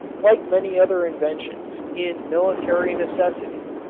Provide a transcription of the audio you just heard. like many other inventions, in military necessity.